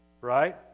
Right